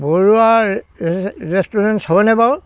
Barua restaurants হয়নে বাৰু